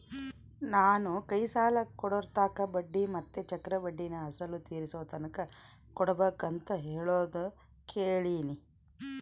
ನಾನು ಕೈ ಸಾಲ ಕೊಡೋರ್ತಾಕ ಬಡ್ಡಿ ಮತ್ತೆ ಚಕ್ರಬಡ್ಡಿನ ಅಸಲು ತೀರಿಸೋತಕನ ಕೊಡಬಕಂತ ಹೇಳೋದು ಕೇಳಿನಿ